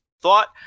thought